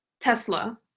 Tesla